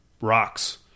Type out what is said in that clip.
rocks